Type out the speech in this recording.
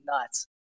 nuts